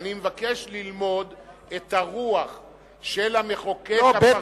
אני רק מבקש ללמוד את הרוח של המחוקק הפרלמנטרי,